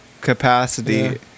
capacity